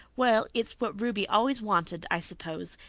well, it's what ruby always wanted, i suppose.